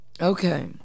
Okay